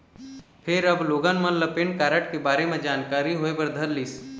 फेर अब लोगन मन ल पेन कारड के बारे म जानकारी होय बर धरलिस